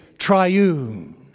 triune